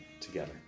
together